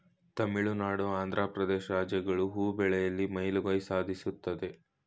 ತಮಿಳುನಾಡು, ಆಂಧ್ರ ಪ್ರದೇಶ್ ರಾಜ್ಯಗಳು ಹೂ ಬೆಳೆಯಲಿ ಮೇಲುಗೈ ಸಾಧಿಸುತ್ತದೆ